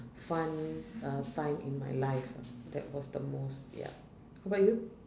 fun uh time in my life that was the most ya how about you